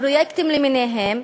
הפרויקטים למיניהם,